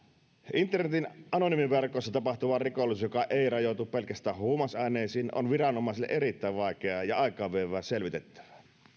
internetin anonyymiverkoissa tapahtuva rikollisuus joka ei rajoitu pelkästään huumausaineisiin on viranomaisille erittäin vaikeaa ja aikaavievää selvitettävää